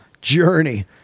Journey